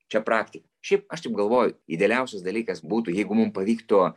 čia praktika šiaip aš taip galvoju idealiausias dalykas būtų jeigu mum pavyktų